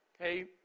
Okay